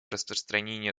распространение